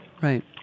Right